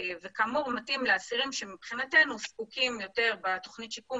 כאמור מתאים לאסירים שמבחינתנו זקוקים יותר בתכנית השיקום